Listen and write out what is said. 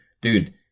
dude